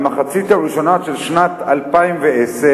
למחצית הראשונה של שנת 2010,